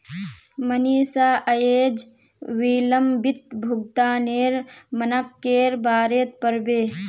मनीषा अयेज विलंबित भुगतानेर मनाक्केर बारेत पढ़बे